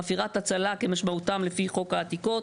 חפירת הצלה כמשמעותם לפי חוק העתיקות.